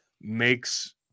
makes